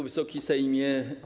Wysoki Sejmie!